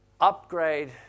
upgrade